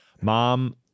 mom